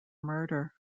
murder